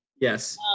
Yes